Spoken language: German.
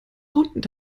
rundet